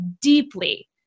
deeply